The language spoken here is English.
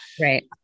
Right